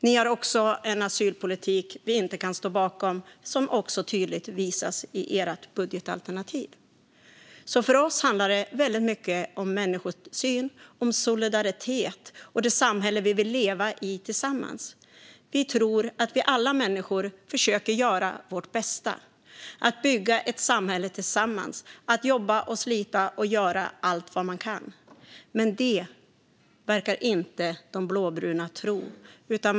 Ni har också en asylpolitik som vi inte kan stå bakom. Den visas också tydligt i ert budgetalternativ. För oss handlar det väldigt mycket om människosyn, om solidaritet och om det samhälle som vi vill leva i tillsammans. Vi tror att alla vi människor försöker göra vårt bästa för att bygga ett samhälle tillsammans - att jobba och slita och göra allt man kan. Men detta verkar de blåbruna inte tro.